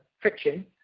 friction